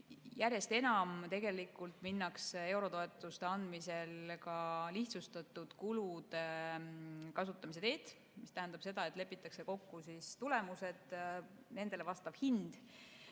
Järjest enam tegelikult minnakse eurotoetuste andmisel lihtsustatud [raha] kasutamise teed, mis tähendab seda, et lepitakse kokku tulemused, nendele vastav hind